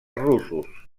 russos